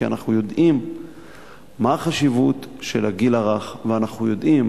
כי אנחנו יודעים מה החשיבות של הגיל הרך ואנחנו יודעים